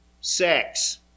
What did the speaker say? sex